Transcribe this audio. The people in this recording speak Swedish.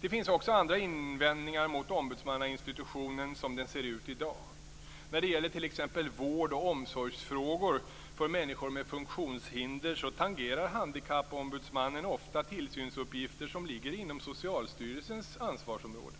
Det finns också andra invändningar mot ombudsmannainstitutionen som den ser ut i dag. När det gäller t.ex. vård och omsorgsfrågor för människor med funktionshinder tangerar Handikappombudsmannen ofta tillsynsuppgifter som ligger inom Socialstyrelsens ansvarsområde.